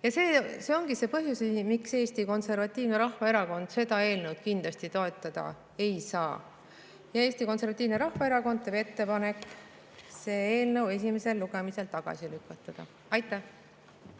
See ongi põhjus, miks Eesti Konservatiivne Rahvaerakond seda eelnõu kindlasti toetada ei saa. Eesti Konservatiivne Rahvaerakond teeb ettepaneku see eelnõu esimesel lugemisel tagasi lükata. Aitäh!